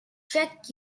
check